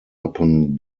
upon